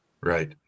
Right